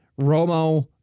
Romo